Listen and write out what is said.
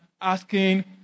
asking